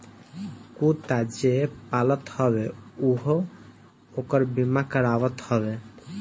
कुत्ता जे पालत हवे उहो ओकर बीमा करावत हवे